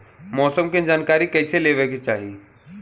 मौसम के जानकारी कईसे लेवे के चाही?